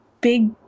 big